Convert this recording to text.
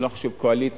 לא חשוב אופוזיציה,